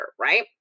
right